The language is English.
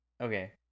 Okay